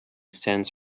stands